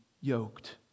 yoked